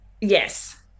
yes